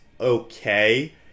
okay